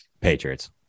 Patriots